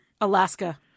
alaska